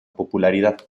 popularidad